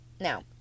Now